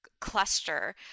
Cluster